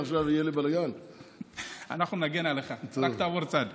מדובר על 960